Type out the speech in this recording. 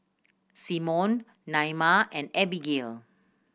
Symone Naima and Abigail